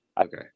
Okay